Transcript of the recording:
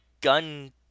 gun